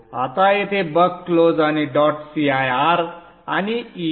आता येथे back close आणि डॉट cir आणि edt 01